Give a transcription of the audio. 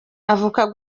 avuga